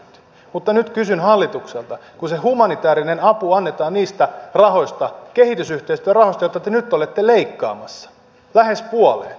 mutta nyt kysyn hallitukselta kun se humanitäärinen apu annetaan niistä rahoista kehitysyhteistyörahoista joita te nyt olette leikkaamassa lähes puoleen